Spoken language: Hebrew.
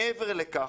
מעבר לכך,